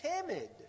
timid